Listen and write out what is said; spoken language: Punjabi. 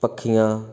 ਪੱਖੀਆਂ